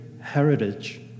heritage